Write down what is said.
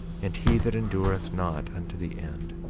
and he that endureth not unto the end,